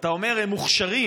אתה אומר שהם מוכשרים,